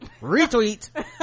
Retweet